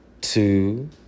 two